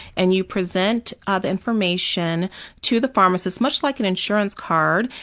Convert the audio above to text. and you present ah the information to the pharmacist, much like an insurance card,